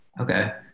Okay